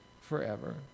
forever